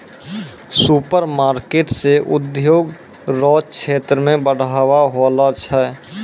supermarket से उद्योग रो क्षेत्र मे बढ़ाबा होलो छै